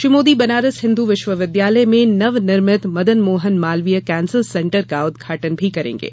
श्री मोदी बनारस हिंदू विश्विव्द्यालय में नवनिर्मित मदन मोहन मालवीय कैंसर सेंटर का उद्घाटन भी करेंगे